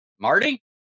Marty